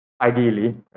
ideally